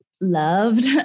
loved